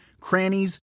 crannies